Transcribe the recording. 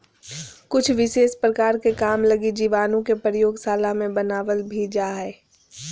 कुछ विशेष प्रकार के काम लगी जीवाणु के प्रयोगशाला मे बनावल भी जा हय